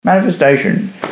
manifestation